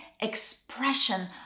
expression